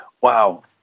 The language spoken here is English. wow